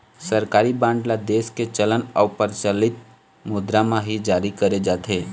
सरकारी बांड ल देश के चलन अउ परचलित मुद्रा म ही जारी करे जाथे